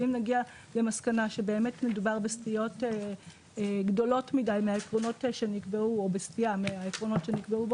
שבאמת מדובר בסטיות גדולות מדי מהעקרונות שנקבעו בחוק,